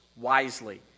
Wisely